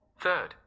Third